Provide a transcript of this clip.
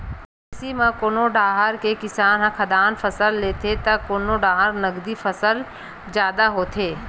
कृषि म कोनो डाहर के किसान ह खाद्यान फसल लेथे त कोनो डाहर नगदी फसल जादा होथे